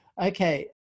Okay